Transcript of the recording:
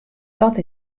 dat